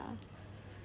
uh